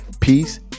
Peace